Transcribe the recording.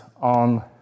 on